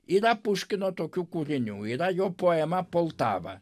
yra puškino tokių kūrinių yra jo poema poltava